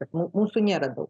mūsų nėra daug